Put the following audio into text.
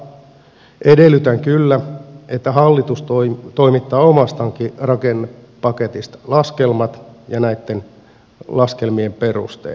samalla edellytän kyllä että hallitus toimittaa omasta rakennepaketistaankin laskelmat ja näitten laskelmien perusteet